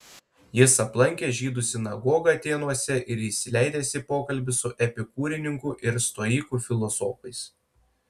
jis aplankęs žydų sinagogą atėnuose ir įsileidęs į pokalbį su epikūrininkų ir stoikų filosofais